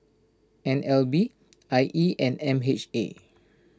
N L B I E and M H A